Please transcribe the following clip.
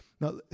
Now